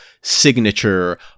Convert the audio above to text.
signature